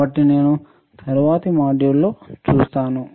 కాబట్టి నేను తరువాతి మాడ్యూల్లో చూస్తాను